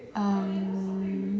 um